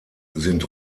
sind